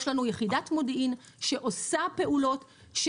יש לנו יחידת מודיעין שעושה פעולות.